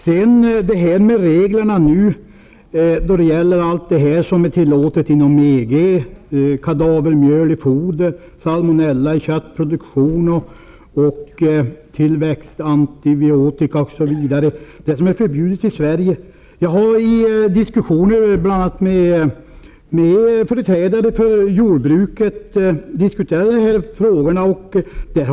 Jag har med företrädare för det svenska jordbruket diskuterat reglerna om vad som är tillåtet inom EG och förbjudet i Sverige -- kadavermjöl i fodret, salmonella i köttproduktionen, tillväxtanti biotika osv.